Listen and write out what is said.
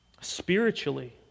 Spiritually